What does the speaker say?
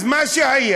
אז מה שהיה,